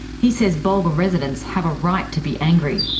he says bulga residents have a right to be angry.